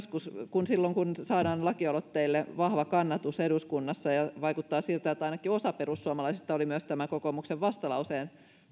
silloin kun lakialoitteille saadaan vahva kannatus eduskunnassa ja vaikuttaa siltä että ainakin osa perussuomalaisista oli myös tämän kokoomuksen vastalauseen